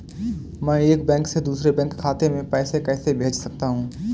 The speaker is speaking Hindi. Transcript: मैं एक बैंक से दूसरे बैंक खाते में पैसे कैसे भेज सकता हूँ?